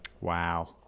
Wow